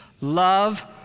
love